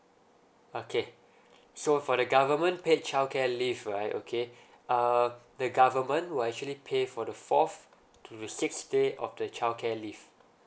okay so for the government paid childcare leave right okay uh the government will actually pay for the fourth to sixth day of the childcare leave